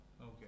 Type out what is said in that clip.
Okay